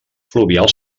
fluvial